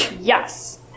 Yes